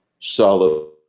Solid